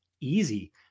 Easy